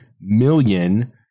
million